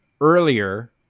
earlier